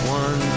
one